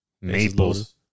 Maples